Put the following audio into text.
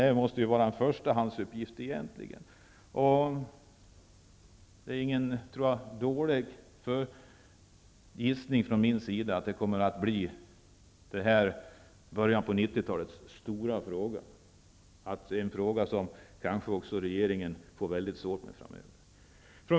Det måste egentligen vara en förstahandsuppgift. Det är nog ingen dålig gissning av mig att det kommer att bli den stora frågan i början av 90-talet. Det blir kanske också en fråga som regeringen får mycket svårt med framöver.